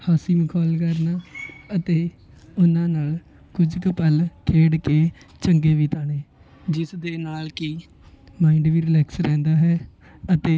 ਹਾਸੀ ਮਖ਼ੌਲ ਕਰਨਾ ਅਤੇ ਉਹਨਾਂ ਨਾਲ ਕੁਝ ਕੁ ਪਲ ਖੇਡ ਕੇ ਚੰਗੇ ਬਿਤਾਉਣੇ ਜਿਸ ਦੇ ਨਾਲ ਕਿ ਮਾਇੰਡ ਵੀ ਰਿਲੈਕਸ ਰਹਿੰਦਾ ਹੈ ਅਤੇ